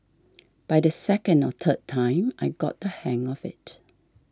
by the second or third time I got the hang of it